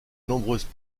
nombreuses